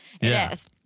Yes